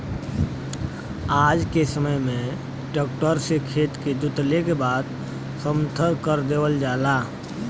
आज के समय में ट्रक्टर से खेत के जोतले के बाद समथर कर देवल जाला